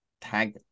tag